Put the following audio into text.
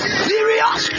serious